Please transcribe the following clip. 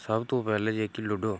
सब तों पैह्ले जेह्की लूड़ो